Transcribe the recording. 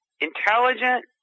intelligent